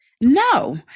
No